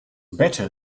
better